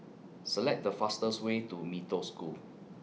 Select The fastest Way to Mee Toh School